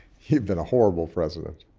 you've been a horrible president.